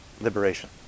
liberation